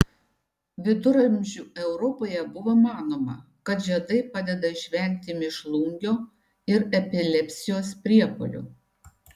viduramžių europoje buvo manoma kad žiedai padeda išvengti mėšlungio ir epilepsijos priepuolių